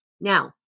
Now